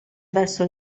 verso